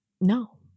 No